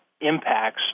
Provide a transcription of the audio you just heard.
impacts